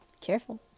Careful